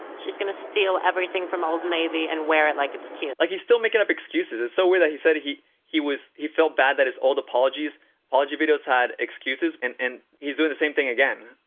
she's gonna steal everything from old navy and wear it like it's cute. like, he's still making up excuses, it's so weird that he said he he was he felt bad that his old apologies apology videos had excuses and and he's doing the same thing again.